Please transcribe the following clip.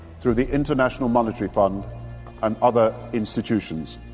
through the international monetary fund and other institutions.